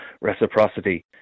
reciprocity